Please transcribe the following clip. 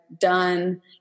done